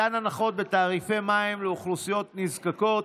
מתן הנחות בתעריפי מים לאוכלוסיות נזקקות),